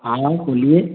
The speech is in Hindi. हाँ बोलिए